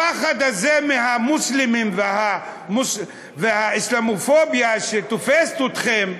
הפחד הזה מהמוסלמים והאסלאמופוביה שתופסת אתכם,